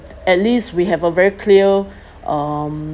at least we have a very clear um